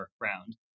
round